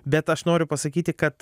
bet aš noriu pasakyti kad